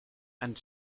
and